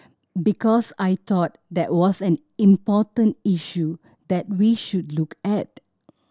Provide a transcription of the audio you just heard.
because I thought that was an important issue that we should look at